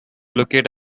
locate